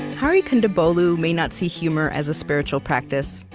hari kondabolu may not see humor as a spiritual practice,